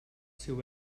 seu